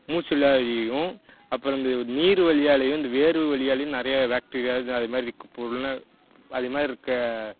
மூச்சுவலியாலையும் அப்புறம் இந்த நீர்வலியாலையும் இந்த வேர்வை வலியாலையும் நிறைய பேக்டீரியா அது அதுமாதிரி இருக்க பொருளும் அதேமாதிரி இருக்க